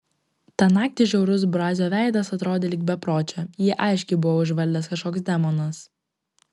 tą naktį žiaurus brazio veidas atrodė lyg bepročio jį aiškiai buvo užvaldęs kažkoks demonas